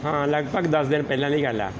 ਹਾਂ ਲਗਭਗ ਦਸ ਦਿਨ ਪਹਿਲਾਂ ਦੀ ਗੱਲ ਆ